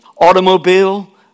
Automobile